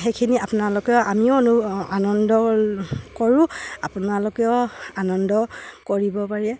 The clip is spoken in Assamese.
সেইখিনি আপোনালোকেও আমিও আনন্দ কৰোঁ আপোনালোকেও আনন্দ কৰিব পাৰে